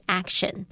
action